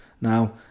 now